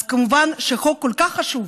אז כמובן שחוק כל כך חשוב